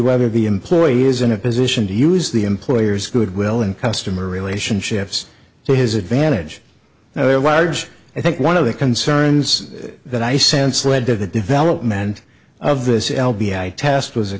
whether the employee is in a position to use the employer's goodwill and customer relationships to his advantage though a large i think one of the concerns that i sense led to the development of this l b i test was a